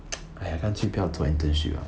!aiya! 干脆不要做 internship lah